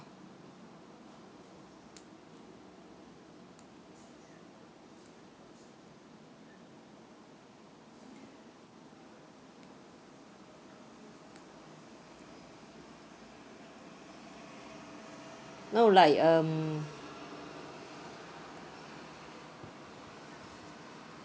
no like um